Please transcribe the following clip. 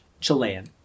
Chilean